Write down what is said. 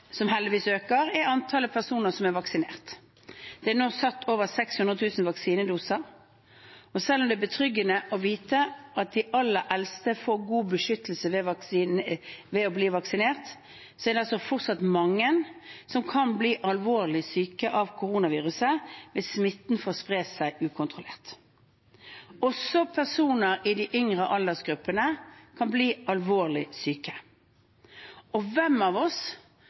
som heldigvis øker, er antallet personer som er vaksinert. Det er nå satt over 600 000 vaksinedoser. Selv om det er betryggende å vite at de aller eldste får god beskyttelse ved å bli vaksinert, er det fortsatt for mange som kan bli alvorlig syke av koronaviruset hvis smitten får spre seg ukontrollert. Også personer i de yngre aldersgruppene kan bli alvorlig syke. Hvem av oss